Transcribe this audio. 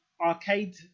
arcade